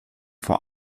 vor